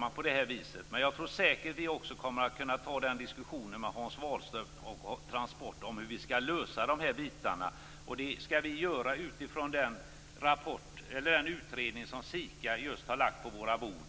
Men vi kan säkert ta diskussionen med Hans Wahlström och Transport om hur vi skall lösa de här bitarna. Det skall vi göra utifrån den utredning som SIKA just har lagt på våra bord.